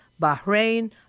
Bahrain